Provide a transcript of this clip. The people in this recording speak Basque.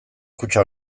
kutxa